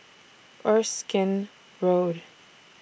Erskine Road